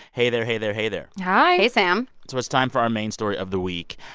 hey there. hey there. hey there hi hey, sam it's it's time for our main story of the week.